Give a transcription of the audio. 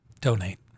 Donate